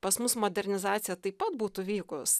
pas mus modernizacija taip pat būtų vykus